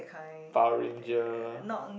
Power-Ranger